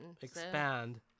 Expand